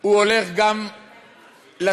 הולך גם לסיפור